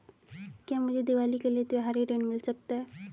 क्या मुझे दीवाली के लिए त्यौहारी ऋण मिल सकता है?